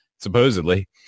supposedly